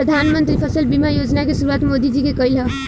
प्रधानमंत्री फसल बीमा योजना के शुरुआत मोदी जी के कईल ह